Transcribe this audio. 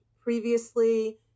previously